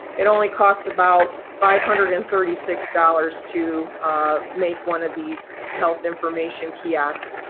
it only costs about five hundred and thirty six dollars to ah make one of these health information kiosks.